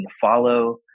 follow